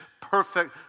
Perfect